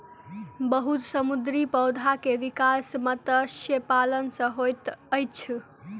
बहुत समुद्री पौधा के विकास मत्स्य पालन सॅ होइत अछि